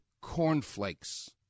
cornflakes